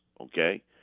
okay